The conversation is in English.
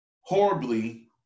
horribly